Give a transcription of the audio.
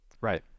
Right